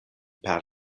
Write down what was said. per